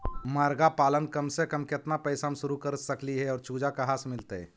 मरगा पालन कम से कम केतना पैसा में शुरू कर सकली हे और चुजा कहा से मिलतै?